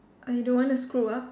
I don't want to screw up